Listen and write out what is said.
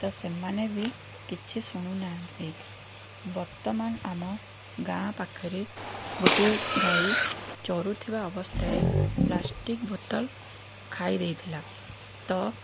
ତ ସେମାନେ ବି କିଛି ଶୁଣୁ ନାହାଁନ୍ତି ବର୍ତ୍ତମାନ ଆମ ଗାଁ ପାଖରେ ଗୋଟିଏ ଗାଈ ଚରୁଥିବା ଅବସ୍ଥାରେ ପ୍ଲାଷ୍ଟିକ୍ ବୋତଲ ଖାଇଦେଇଥିଲା ତ